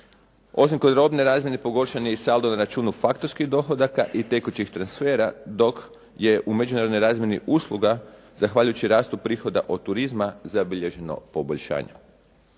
Osim kod robne razmjene pogoršan je i saldo na računu fakturskih dohodaka i tekućih transfera dok je u međunarodnoj razmjeni usluga zahvaljujući rastu prihoda od turizma zabilježeno poboljšanje.